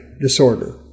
disorder